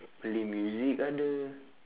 malay music ada